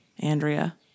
Andrea